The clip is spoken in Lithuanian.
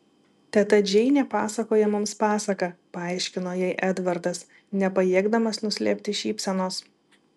teta džeinė pasakoja mums pasaką paaiškino jai edvardas nepajėgdamas nuslėpti šypsenos